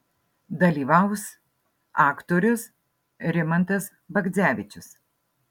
dalyvaus aktorius rimantas bagdzevičius